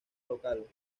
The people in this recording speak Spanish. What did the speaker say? locales